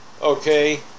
okay